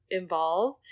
involve